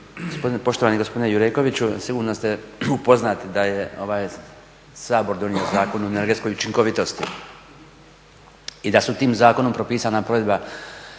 poštovani gospodine Jurekoviću. Sigurno ste upoznati da je ovaj Sabor donio Zakon o energetskoj učinkovitosti i da su tim zakonom propisana provedba